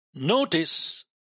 Notice